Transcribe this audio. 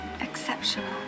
Exceptional